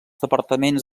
departaments